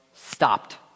stopped